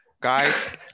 Guys